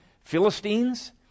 Philistines